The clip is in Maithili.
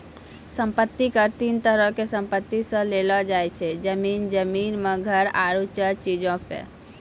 सम्पति कर तीन तरहो के संपत्ति से लेलो जाय छै, जमीन, जमीन मे घर आरु चल चीजो पे